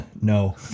No